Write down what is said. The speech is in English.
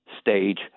stage